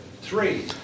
three